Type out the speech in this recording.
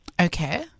Okay